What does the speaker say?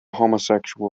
homosexual